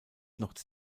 noch